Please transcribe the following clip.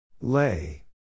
Lay